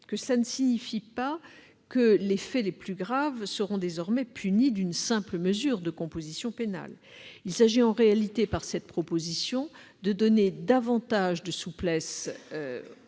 Cela ne signifie pas que les faits les plus graves seront désormais punis d'une simple mesure de composition pénale, je tiens à le préciser. Il s'agit, par cette proposition, de donner davantage de souplesse